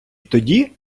тоді